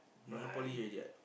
monopoly already what